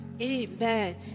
Amen